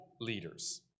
leaders